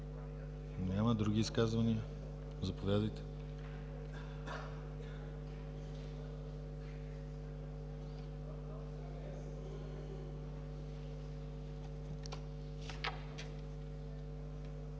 Няма. Други изказвания? Заповядайте,